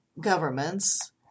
governments